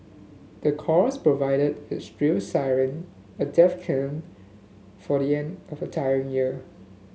the chorus provided a shrill siren a death knell for the end of a tiring year